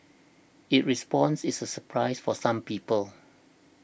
its response is a surprise for some people